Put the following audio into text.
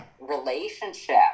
relationship